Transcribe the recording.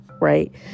right